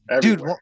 Dude